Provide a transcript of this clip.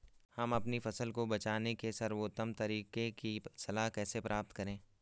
हम अपनी फसल को बचाने के सर्वोत्तम तरीके की सलाह कैसे प्राप्त करें?